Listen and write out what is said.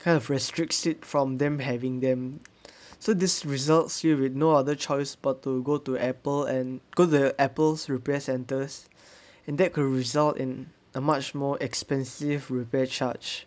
kind of restricts it from them having them so this results here with no other choice but to go to Apple and go the Apples repair centers and that could result in a much more expensive repair charge